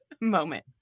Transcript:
moment